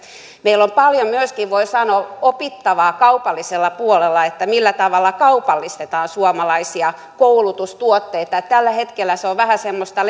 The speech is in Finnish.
meillä on paljon myöskin voi sanoa opittavaa kaupallisella puolella että millä tavalla kaupallistetaan suomalaisia koulutustuotteita tällä hetkellä se on vähän semmoista